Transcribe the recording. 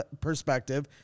perspective